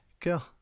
Cool